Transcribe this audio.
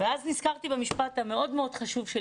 אז נזכרתי במשפט המאוד מאוד חשוב של